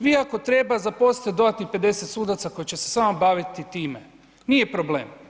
Vi ako treba zaposlite dodatnih 50 sudaca koji će se samo baviti time, nije problem.